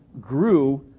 grew